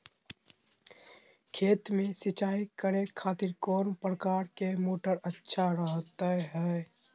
खेत में सिंचाई करे खातिर कौन प्रकार के मोटर अच्छा रहता हय?